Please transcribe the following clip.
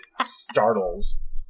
startles